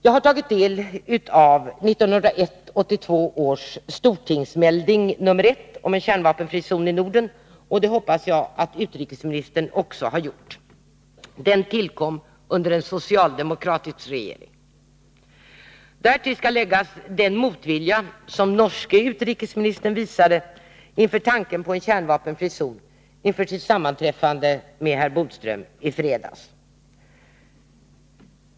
Jag har tagit del av 1981/82 års stortingsmelding nr 101, om en kärnvapenfri zon i Norden, och det hoppas jag att utrikesministern också har gjort. Den tillkom under en socialdemokratisk regering. Därtill skall läggas den motvilja som norske utrikesministern visade vid tanken på en kärnvapenfri zon inför sitt sammanträffande med herr Bodström i fredags.